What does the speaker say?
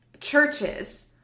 churches